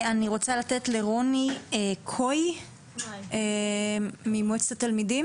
אני רוצה לתת לרוני קמאי ממועצת התלמידים